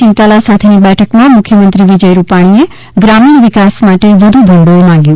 ચિંતાલા સાથેની બેઠક માં મુખ્યમંત્રી વિજય રૂપાણીએ ગ્રામીણ વિકાસ માટે વધુ ભંડોળ માંગ્યું